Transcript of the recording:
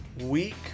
week